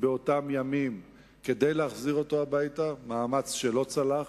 באותם ימים כדי להחזיר אותו הביתה, מאמץ שלא צלח.